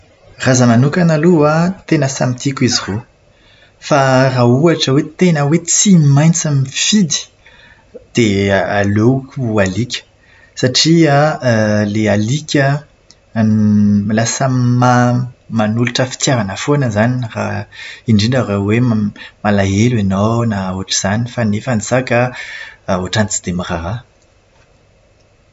Raha izaho manokana aloha an, tena samy tiako izy roa. Fa raha ohatra hoe tena hoe tsy maintsy mifidy, dia aleoko alika. Satria ilay alika lasa ma-manolotra fitiavana foana izany raha indrindra raha hoe malahelo ianao na ohatr'izany fa nefa ny saka an, ohatran'ny tsy dia miraharaha.